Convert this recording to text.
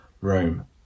Rome